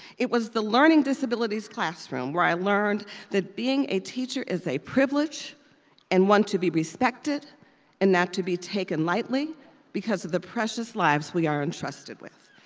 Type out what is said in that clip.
it was the learning disabilities classroom where i learned that being a teacher is a privilege and one to be respected and not to be taken lightly because of the precious lives we are entrusted with.